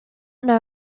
know